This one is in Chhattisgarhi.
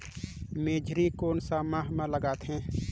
मेझरी कोन सा माह मां लगथे